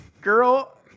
Girl